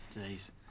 Jeez